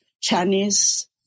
Chinese